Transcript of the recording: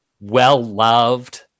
Well-loved